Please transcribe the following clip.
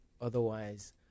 otherwise